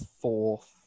fourth